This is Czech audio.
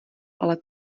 ale